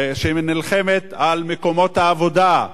שנלחמת על מקומות העבודה,